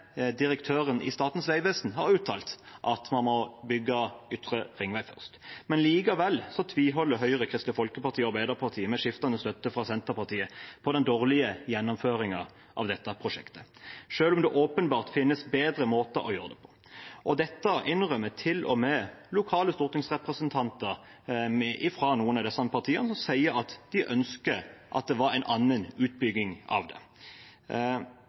direktøren i Statens vegvesen har uttalt at man må bygge Ytre ringvei først. Men likevel tviholder Høyre, Kristelig Folkeparti og Arbeiderpartiet, med skiftende støtte fra Senterpartiet, på den dårlige gjennomføringsplanen av dette prosjektet, selv om det åpenbart finnes bedre måter å gjøre det på. Dette innrømmer til og med lokale stortingsrepresentanter fra noen av disse partiene, som sier at de ønsker at det var en annen rekkefølge på utbyggingen av